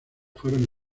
fueron